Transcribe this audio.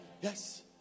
Yes